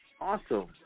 Awesome